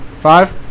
Five